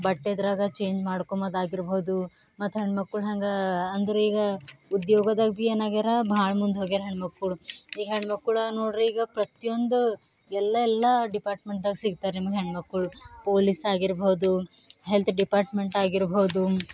ಬಟ್ಟೆದ್ರಾಗ change ಮಾಡ್ಕೊಂಬೋದಾಗಿರ್ಬೌದು ಮತ್ತು ಹೆಣ್ಮಕ್ಕಳು ಹೆಂಗೆ ಅಂದ್ರೆ ಈಗ ಉದ್ಯೋಗದಾಗ ಭೀ ಏನಾಗ್ಯಾರ ಭಾಳ ಮುಂದೆ ಹೋಗ್ಯಾರ ಹೆಣ್ಮಕ್ಕಳು ಈಗ ಹೆಣ್ಮಕ್ಕಳು ನೋಡಿರಿ ಈಗ ಪ್ರತಿಯೊಂದು ಎಲ್ಲ ಎಲ್ಲ ಡಿಪಾರ್ಟ್ಮೆಂಟ್ದಾಗ ಸಿಕ್ತಾರೆ ನಿಮಗೆ ಹೆಣ್ಮಕ್ಕಳು ಪೋಲಿಸ್ ಆಗಿರ್ಬೌದು ಹೆಲ್ತ್ ಡಿಪಾರ್ಟ್ಮೆಂಟಾಗಿರ್ಬೌದು